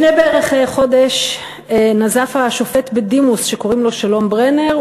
לפני בערך חודש נזף השופט בדימוס שקוראים לו שלום ברנר,